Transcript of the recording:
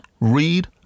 read